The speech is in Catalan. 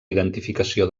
identificació